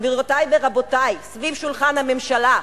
גבירותי ורבותי סביב שולחן הממשלה,